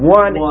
one